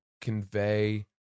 convey